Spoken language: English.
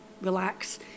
relax